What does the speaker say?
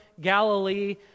Galilee